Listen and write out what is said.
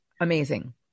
Amazing